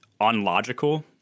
unlogical